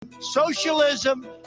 Socialism